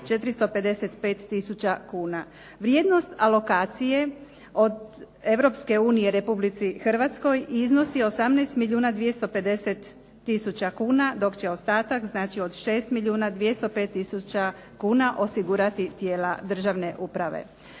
445 tisuća kuna. Vrijednost alokacije od Europske unije Republici Hrvatskoj iznosi 18 milijuna 250 tisuća kuna, dok će ostatak od 6 milijuna 205 tisuća kuna osigurati tijela državne uprave.